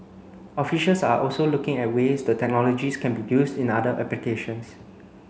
officials are also looking at ways the technologies can be used in other applications